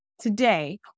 Today